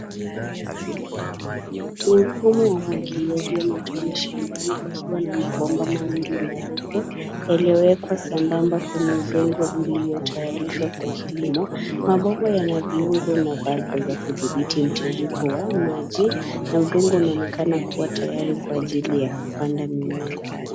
Ni mfumo wa umwagiliaji wa matone shambani ikiwa na mabomba mawili marefu, yaliyowekwa sambamba kwenye udongo uliotayarishwa kwa kilimo. Mabomba yana viungo na valvu za kudhibiti mtiririko wa maji na udongo unaonekana kuwa tayari kwa ajili ya kupanda mimea.